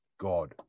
God